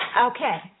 Okay